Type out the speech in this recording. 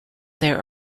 there